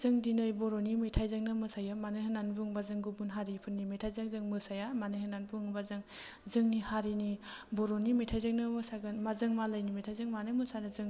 जों दिनै बर'नि मेथाइजोंनो मोसायो मानो होननानै बुङोबा जों गुबुन हारिफोरनि मेथाइजों जों मोसाया मानो होननानै बुङोबा जों जोंनि हारिनि बर'नि मेथाइजोंनो मोसागोन मा जों मालायनि मेथाइजों मानो मोसानो जों